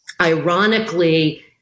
Ironically